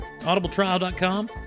audibletrial.com